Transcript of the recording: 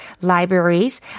libraries